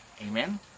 amen